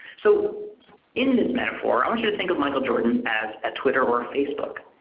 so in this metaphor i want you to think of michael jordan as a twitter or facebook,